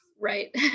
Right